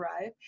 arrive